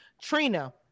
Trina